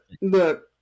Look